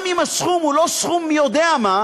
גם אם הסכום הוא לא סכום מי יודע מה,